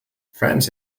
french